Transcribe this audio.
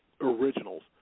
originals